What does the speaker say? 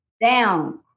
down